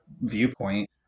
viewpoint